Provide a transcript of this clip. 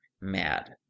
mad